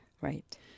Right